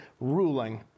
ruling